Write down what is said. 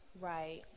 Right